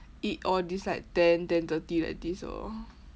eat all this like ten ten thirty like this orh